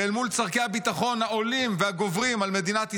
ואל מול צורכי הביטחון העולים והגוברים על מדינת ישראל,